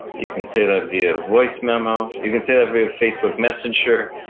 you can say that via voice memo. you can say that via facebook messenger.